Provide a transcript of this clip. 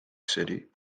city